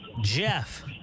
Jeff